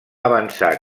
avançar